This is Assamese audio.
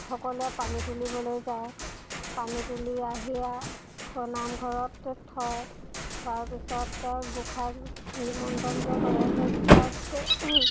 সকলোৱে পানী তুলিবলৈ যায় পানী তুলি আহি আৰু থৈ নামঘৰত থয় থোৱাৰ পিছত তেওঁ গোঁসাইক নিমন্ত্ৰণ যে কৰে সেই গোঁসাইক